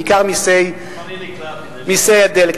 בעיקר מסי הדלק.